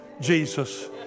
Jesus